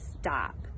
stop